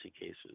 cases